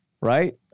Right